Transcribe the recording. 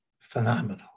phenomenal